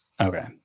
Okay